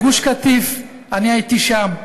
גוש-קטיף, אני הייתי שם.